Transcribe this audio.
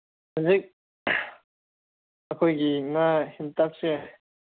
ꯍꯧꯖꯤꯛ ꯑꯩꯈꯣꯏꯒꯤ ꯉꯥ ꯍꯦꯟꯇꯥꯛꯁꯦ